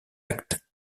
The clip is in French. acte